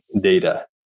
data